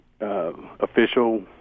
official